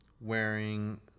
Wearing